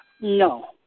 No